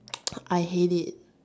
I hate it